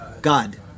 God